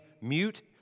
mute